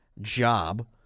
job